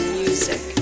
music